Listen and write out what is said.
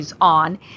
on